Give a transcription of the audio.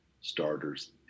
starters